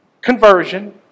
conversion